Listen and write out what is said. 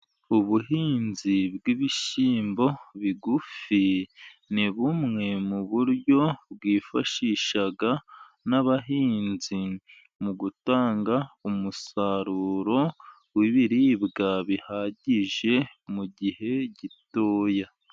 Ubuhinzi bw'ibishyimbo bigufi ni bumwe mu buryo bwifashisha n'abahinzi mugutanga umusaruro wbiribwa bihagije mu gihe gitoya.